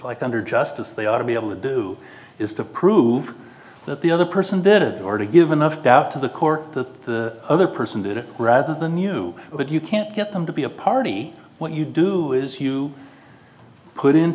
like under justice they ought to be able to do is to prove that the other person did it or to give enough doubt to the core the other person did it rather than you but you can't get them to be a party what you do is you put in